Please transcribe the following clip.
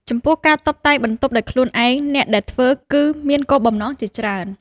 ចំពោះ ការតុបតែងបន្ទប់ដោយខ្លួនឯង អ្នកដែលធ្វើគឺមានគោលបំណងជាច្រើន។